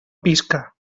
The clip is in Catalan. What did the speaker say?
pisca